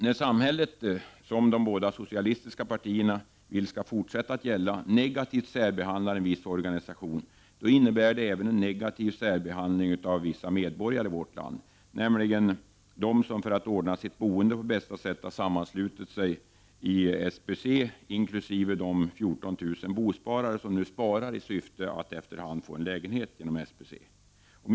När samhället negativt särbehandlar en viss organisation — en särbehandling som de båda socialistiska partierna vill skall fortsätta — innebär det även en negativ särbehandling av vissa medborgare i vårt land, nämligen av dem som för att ordna sitt boende på bästa sätt har sammanslutit sig i SBC inkl. de 14 000 bosparare som nu sparar i syfte att efter hand få en lägenhet genom SBC.